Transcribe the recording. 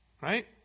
right